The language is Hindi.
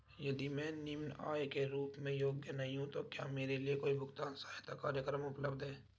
यदि मैं निम्न आय के रूप में योग्य नहीं हूँ तो क्या मेरे लिए कोई भुगतान सहायता कार्यक्रम उपलब्ध है?